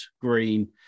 green